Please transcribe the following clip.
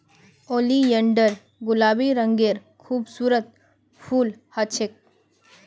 oleander गुलाबी रंगेर खूबसूरत फूल ह छेक